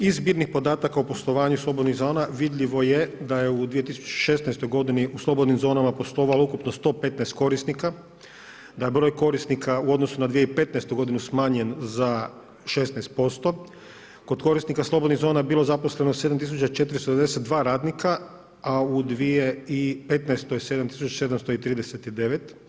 Iz zbirnih podataka o poslovanju slobodnih zona vidljivo je da je u 2016. godini u slobodnim zonama poslovalo ukupno 115 korisnika, da broj korisnika u odnosu na 2015. godinu smanjen za 16%, kod korisnika slobodnih zona bilo je zaposleno 7492 radnika, a u 2015. 7739.